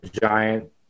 giant